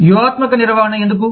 వ్యూహాత్మక నిర్వహణ ఎందుకు